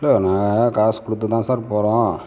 இல்லை நாங்கள் காசு கொடுத்து தான் சார் போகிறோம்